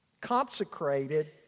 consecrated